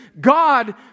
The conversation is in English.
God